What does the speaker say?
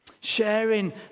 Sharing